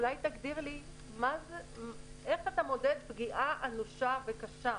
אולי תגדיר לי איך אתה מודד פגיעה אנושה וקשה.